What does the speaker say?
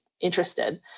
interested